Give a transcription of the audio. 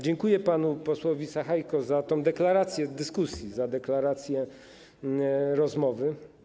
Dziękuję panu posłowi Sachajce za tę deklarację dyskusji, za deklarację rozmowy.